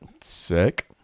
sick